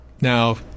Now